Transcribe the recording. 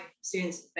students